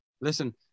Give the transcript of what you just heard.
Listen